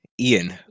Ian